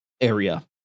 area